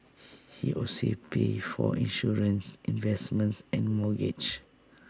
he also pays for insurance investments and mortgage